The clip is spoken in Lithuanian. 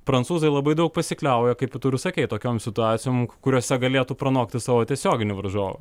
prancūzai labai daug pasikliauja kaip tu ir sakei tokiom situacijom kuriose galėtų pranokti savo tiesioginį varžovą